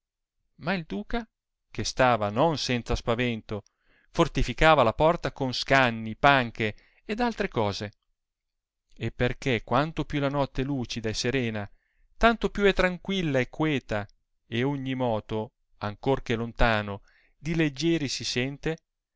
ma il duca che stava non senza spavento fortificava la porta con scanni panche ed altre cose e perchè quanto più la notte è lucida e serena tanto più è tranquilla e queta e ogni moto ancor che lontano di leggieri si sente